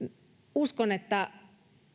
uskon että